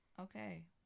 Okay